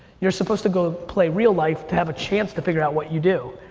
you're supposed to go play real life to have a chance to figure out what you do.